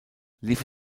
lief